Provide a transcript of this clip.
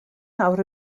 nawr